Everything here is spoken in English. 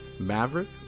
Maverick